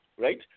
right